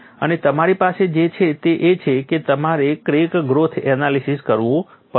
અને તમારી પાસે જે છે તે એ છે કે તમારે ક્રેક ગ્રોથ એનાલિસિસ કરવું પડશે